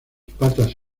patas